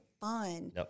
fun